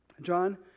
John